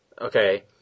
okay